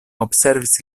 observis